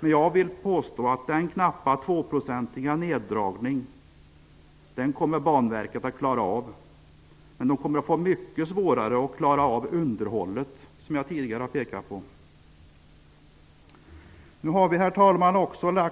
Men jag vill påstå att Banverket kommer att klara av en nerdragning med knappa 2 %. Det kommer att få mycket svårare att klara av underhållet, som jag pekade på tidigare. Herr talman! Vi har även lagt fram